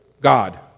God